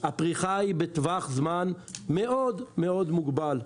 הפריחה היא בטווח זמן מאוד מאוד מוגבל.